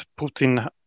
Putin